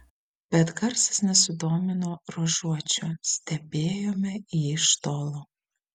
bet garsas nesudomino ruožuočio stebėjome jį iš tolo